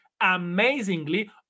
amazingly